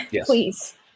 Please